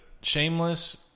Shameless